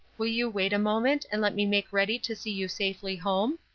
will you wait a moment, and let me make ready to see you safely home?